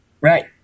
Right